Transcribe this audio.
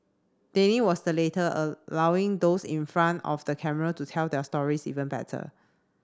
Danny was the latter allowing those in front of the camera to tell their stories even better